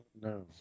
no